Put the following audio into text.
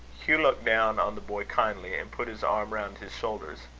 hugh looked down on the boy kindly, and put his arm round his shoulders.